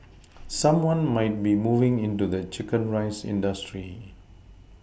someone might be moving into the chicken rice industry